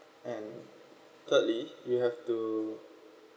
and thirdly you have to